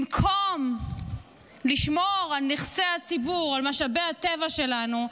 במקום לשמור על נכסי הציבור, על משאבי הטבע שלנו,